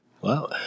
Wow